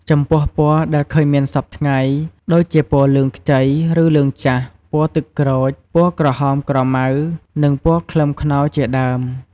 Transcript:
ចំពោះពណ៌ដែលឃើញមានសព្វថ្ងៃដូចជាពណ៌លឿងខ្ចី ឬលឿងចាស់ ពណ៌ទឹកក្រូច ពណ៌ក្រហមក្រមៅ និងពណ៌ខ្លឹមខ្នុរ ជាដើម។